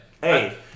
Hey